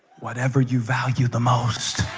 whatever you value the most